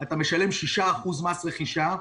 אתה משלם 6% מס רכישה,